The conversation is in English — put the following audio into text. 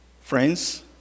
Friends